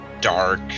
dark